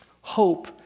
Hope